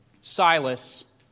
Silas